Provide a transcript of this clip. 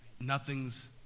nothing's